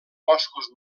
boscos